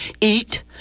eat